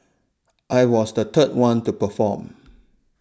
I was the third one to perform